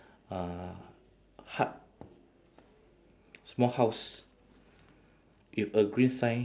uh hut small house with a green sign